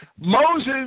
Moses